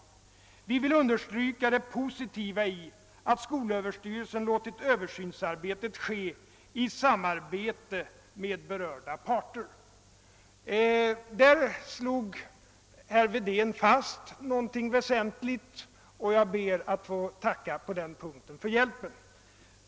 Vi vill understryka det positiva i att Sö låtit översynsarbetet ske i samarbete med berörda parter.» Där slog herr Wedén fast något väsentligt, och jag ber att få tacka för hjälpen.